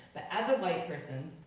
but as a white person,